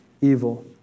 evil